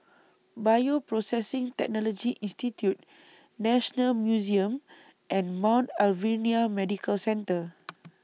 Bioprocessing Technology Institute National Museum and Mount Alvernia Medical Centre